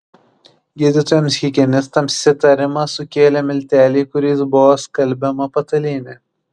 gydytojams higienistams įtarimą sukėlė milteliai kuriais buvo skalbiama patalynė